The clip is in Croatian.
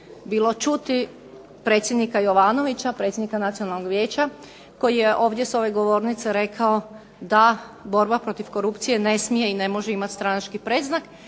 bilo čuti predsjednika Jovanovića, predsjednika Nacionalnog vijeća koji je ovdje sa ove govornice rekao da borba protiv korupcije ne smije i ne može imati stranački predznak